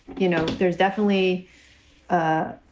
you know, there's definitely a